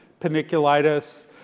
paniculitis